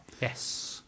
Yes